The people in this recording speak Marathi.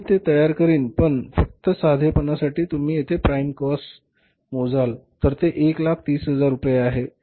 मी ते तयार करीन पण फक्त साधेपणासाठी तुम्ही येथे प्राईम कॉस्ट मोजाल तर ते 130000 रुपये होते